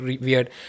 weird